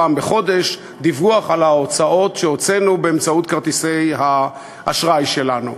פעם בחודש דיווח על ההוצאות שהוצאנו באמצעות כרטיסי האשראי שלנו,